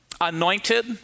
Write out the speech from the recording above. anointed